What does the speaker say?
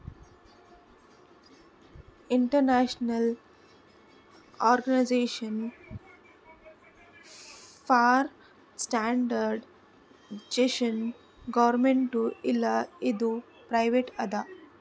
international organization for standardization ಗೌರ್ಮೆಂಟ್ದು ಇಲ್ಲ ಇದು ಪ್ರೈವೇಟ್ ಅದಾ